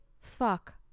fuck